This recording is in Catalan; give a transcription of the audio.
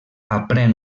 aprèn